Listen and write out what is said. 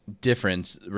difference